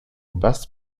best